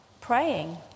praying